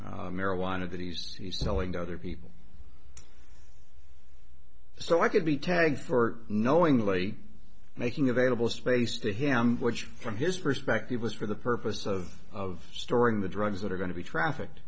marijuana that he's he's selling to other people so i could be tagged for knowingly making available space to him which from his perspective was for the purpose of storing the drugs that are going to be traffic